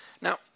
Now